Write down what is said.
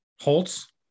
Holtz